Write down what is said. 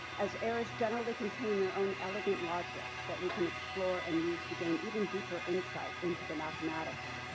as errors generally contain their own elegant logic that we can explore and use to gain even deeper insight into the mathematics.